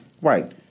Right